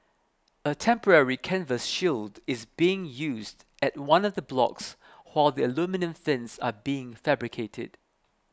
a temporary canvas shield is being used at one of the blocks while the aluminium fins are being fabricated